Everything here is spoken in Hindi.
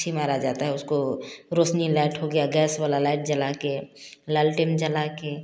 पक्षी मारा जाता हैं उसको रोशनी लाइट हो गया गैस वाला लाइट जला के लालटेन जला के